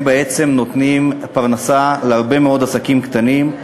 הם בעצם נותנים פרנסה להרבה מאוד עסקים קטנים,